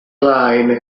line